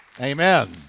Amen